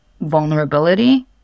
vulnerability